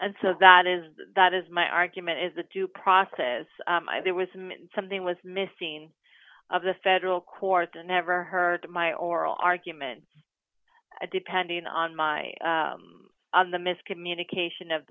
and so that is that is my argument is the due process there was something was missing of the federal court the never heard my oral argument depending on my on the miscommunication of